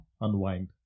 unwind